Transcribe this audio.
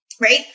Right